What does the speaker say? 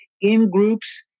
in-groups